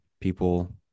people